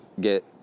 Get